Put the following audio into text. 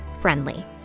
friendly